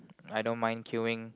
I don't mind queueing